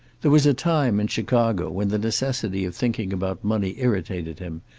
there was a time, in chicago, when the necessity of thinking about money irritated him,